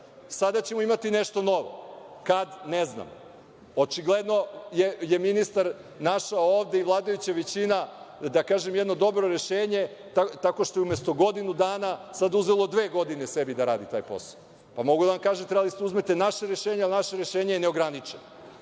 ćemo imati nešto novo. Kada? Ne znamo. Očigledno je ministar našao ovde i vladajuća većina, da kažem, jedno dobro rešenje tako što je umesto godinu dana sada uzela dve godine sebi da radi taj posao, a mogu da vam kažem da ste trebali da uzmete naše rešenje, jer naše rešenje je neograničeno,